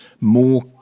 more